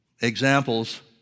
examples